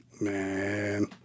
Man